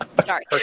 Sorry